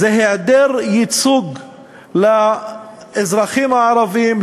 היא היעדר ייצוג לאזרחים הערבים,